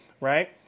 right